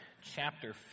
chapter